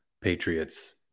Patriots